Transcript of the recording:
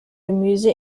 gemüse